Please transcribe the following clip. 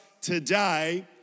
today